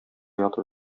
ятып